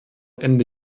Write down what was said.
ende